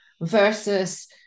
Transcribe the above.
versus